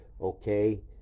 okay